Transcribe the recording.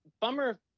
bummer